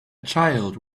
child